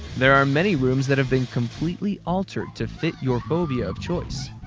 there are many rooms that have been completely altered to fit your phobia of choice.